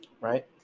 Right